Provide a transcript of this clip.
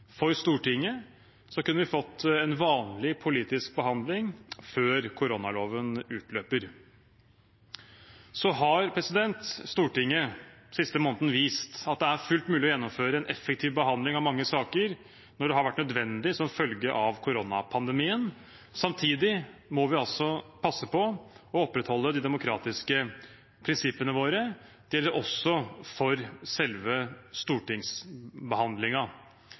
for Stortinget, så kunne vi fått en vanlig politisk behandling før koronaloven utløper. Stortinget har den siste måneden vist at det er fullt mulig å gjennomføre en effektiv behandling av mange saker, når det har vært nødvendig som følge av koronapandemien. Samtidig må vi passe på å opprettholde de demokratiske prinsippene våre. Det gjelder også for selve